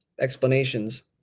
explanations